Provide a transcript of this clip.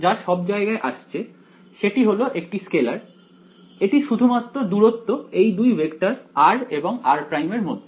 যা সব জায়গায় আসছে সেটি হল একটি স্কেলার এটি শুধুমাত্র দূরত্ব এই 2 ভেক্টর r এবং r' এর মধ্যে